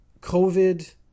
COVID